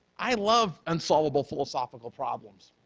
i love unsolvable philosophical problems.